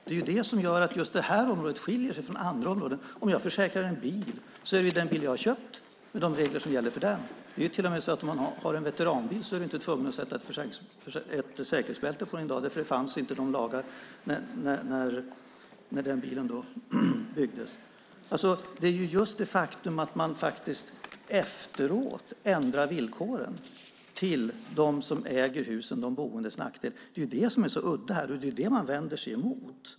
Det är det som gör att just det här området skiljer sig från andra områden. Om jag försäkrar en bil är det reglerna för den bil som jag har köpt som gäller. Det är till och med så att om man har en veteranbil är man inte tvungen att sätta ett säkerhetsbälte på den i dag, för de lagarna fanns inte när bilen byggdes. Det är just det faktum att man efteråt ändrar villkoren till nackdel för dem som äger husen och de boende som gör det så udda. Det är vad man vänder sig emot.